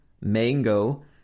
mango